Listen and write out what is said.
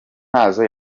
ntazo